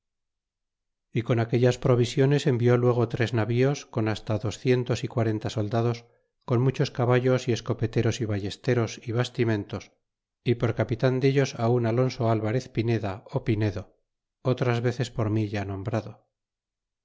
y con aquellas provisiones envió luego tres navíos con hasta docientos y quarenta soldados con muchos caballos y escopeteros y ballesteros y bastimentos y por capitan dellos un alonso alvarez pineda pinedo otras veces por mi ya nombrado